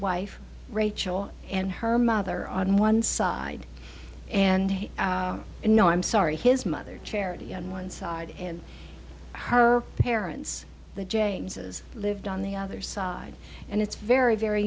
wife rachel and her mother on one side and no i'm sorry his mother charity on one side and her parents the james's lived on the other side and it's very very